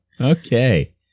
Okay